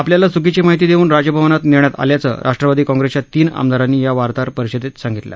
आपल्याला च्कीची माहिती देऊन राजभवनात नेण्यात आल्याचं राष्ट्रवादी काँग्रेसच्या तीन आमदारांनी या वार्ताहर परिषदेत सांगितलं